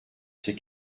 ces